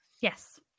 Yes